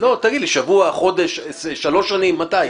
תגיד לי שבוע, חודש, שלוש שנים מתי?